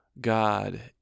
God